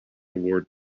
award